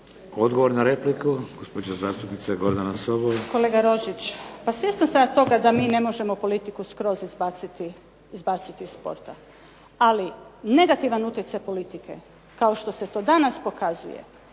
Odgovor na repliku, gospođa zastupnica Gordana Sobol. **Sobol, Gordana (SDP)** Kolega Rožić pa svjesna sam ja toga da mi ne možemo politiku skroz izbaciti iz sporta, ali negativan utjecaj politike kao što se to danas pokazuje